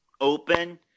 open